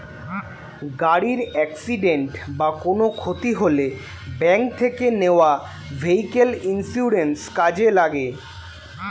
গাড়ির অ্যাকসিডেন্ট বা কোনো ক্ষতি হলে ব্যাংক থেকে নেওয়া ভেহিক্যাল ইন্সুরেন্স কাজে লাগে